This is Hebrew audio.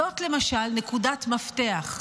זאת, למשל, נקודת מפתח.